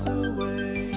away